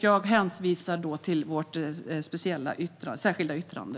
Jag hänvisar till vårt särskilda yttrande.